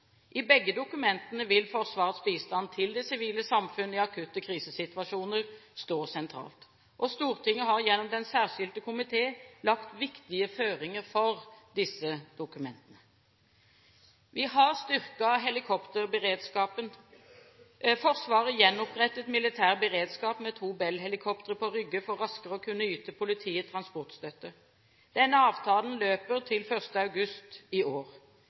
I begge dokumentene vil Forsvarets bistand til det sivile samfunn i akutte krisesituasjoner stå sentralt. Stortinget har gjennom Den særskilte komité lagt viktige føringer for disse dokumentene. Vi har styrket helikopterberedskapen. Forsvaret gjenopprettet militær beredskap med to Bell-helikoptre på Rygge for raskere å kunne yte politiet transportstøtte. Denne avtalen løper til 1. august i år.